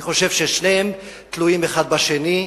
אני חושב ששניהם תלויים אחד בשני.